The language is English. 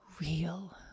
real